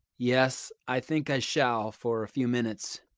yes, i think i shall, for a few minutes.